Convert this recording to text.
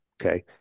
okay